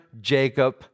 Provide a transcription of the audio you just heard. Jacob